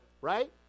right